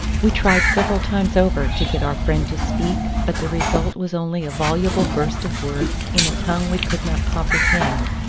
we tried several times over to get our friend to speak, but the result was only a voluble burst of words in a tongue we could not comprehend,